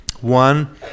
One